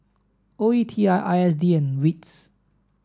O E T I I S D and WITS